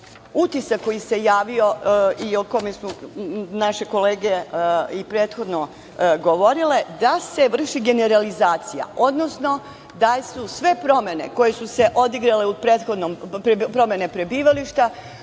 utisak koji se javio i okome su naše kolege prethodno govorile da se vrši generalizacija, odnosno da su sve promene koje su se odigrale u promenama prebivališta,